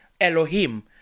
Elohim